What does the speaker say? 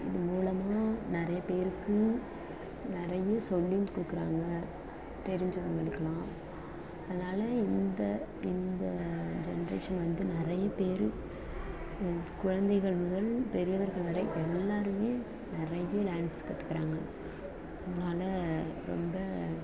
இது மூலமாக நிறைய பேருக்கு நிறைய சொல்லியும் கொடுக்கறாங்க தெரிஞ்சவர்களுக்குலாம் அதனால் இந்த இந்த ஜென்ரேஷன் வந்து நிறைய பேர் குழந்தைகள் முதல் பெரியவர்கள் வரை இப்போ எல்லாேருமே நிறைய டான்ஸ் கற்றுக்கறாங்க அதனால் ரொம்ப